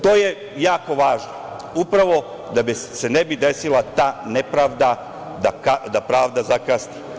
To je jako važno, upravo da se ne bi desila ta nepravda da pravda zakasni.